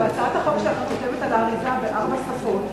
בהצעת החוק שלך את כותבת על האריזה בארבע שפות,